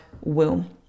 womb